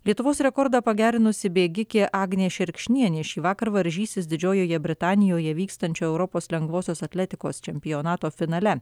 lietuvos rekordą pagerinusi bėgikė agnė šerkšnienė šįvakar varžysis didžiojoje britanijoje vykstančio europos lengvosios atletikos čempionato finale